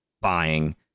buying